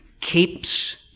keeps